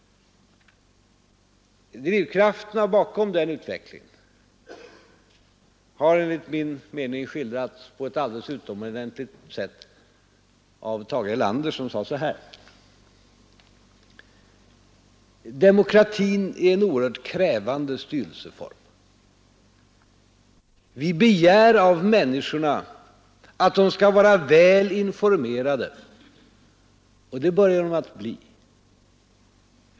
Drivkrafterna bakom denna utveckling har enligt min mening skildrats på ett alldeles utomordentligt sätt av Tage Erlander, som sade så här: ande styrelseform. Vi begär av ”Demokratin är en oerhört kr människorna att de skall vara väl informerade, och det börjar de bli.